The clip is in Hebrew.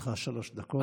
לרשותך שלוש דקות, בבקשה.